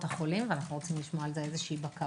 החולים ואנו רוצים לשמוע על זה בקרה.